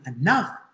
enough